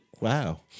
wow